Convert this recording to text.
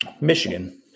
Michigan